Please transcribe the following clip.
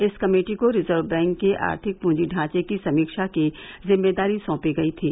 इस कमेटी को reserve bank के आर्थिक पूंजी ढांचे की समीक्षा की जिम्मेदारी सौंपी गई थी